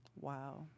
Wow